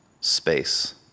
space